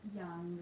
young